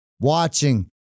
watching